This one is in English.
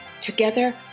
Together